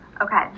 Okay